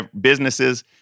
businesses